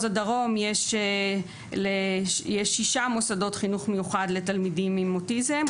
הדרום יש שישה מוסדות חינוך מיוחד לתלמידים עם אוטיזם,